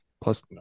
plus